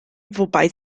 wobei